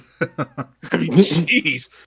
jeez